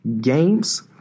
games